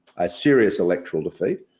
a serious electoral defeat,